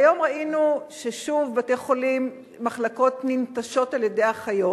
היום ראינו ששוב בבתי-חולים מחלקות ננטשות על-ידי אחיות,